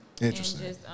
interesting